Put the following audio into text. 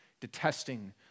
detesting